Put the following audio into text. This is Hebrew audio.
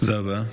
תודה רבה.